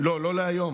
לא, לא להיום.